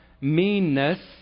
meanness